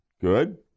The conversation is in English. Good